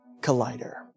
Collider